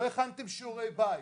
לא הכנתם שיעורי בית.